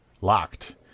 locked